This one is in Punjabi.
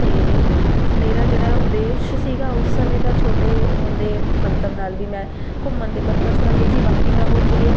ਅਤੇ ਮੇਰਾ ਜਿਹੜਾ ਉਦੇਸ਼ ਸੀਗਾ ਉਸ ਸਮੇਂ ਦਾ ਛੋਟੇ ਹੁੰਦੇ ਮੰਤਵ ਨਾਲ ਵੀ ਮੈਂ ਘੁੰਮਣ ਦੇ ਪਰਪਸ ਨਾਲ ਗਈ ਸੀ ਬਾਕੀ ਮੈਂ ਹੋਰ ਜਿਹੜੇ